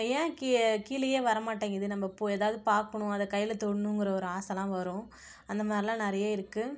ஏன் கீ கீழேயே வரமாட்டங்கிது நம்ம போ எதாவது பார்க்கணும் அதை கையில் தொடணுங்கிற ஒரு ஆசைலாம் வரும் அந்த மாதிரில்லாம் நிறைய இருக்குது